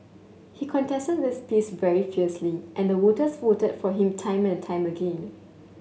he contested this piece very fiercely and the voters voted for him time and time again